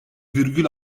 virgül